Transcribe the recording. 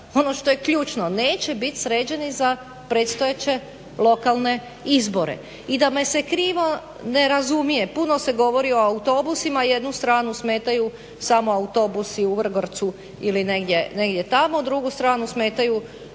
ono što je ključno neće bit sređeni za predstojeće lokalne izbore. I da me se krivo ne razumije puno se govori o autobusima. Jednu stranu smetaju samo autobusi u Vrgorcu ili negdje tamo, drugu stranu smetaju